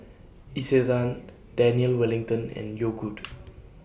Isetan Daniel Wellington and Yogood